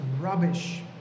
rubbish